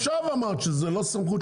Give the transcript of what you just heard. עכשיו אמרת שזאת לא סמכות של המרכז, נכון?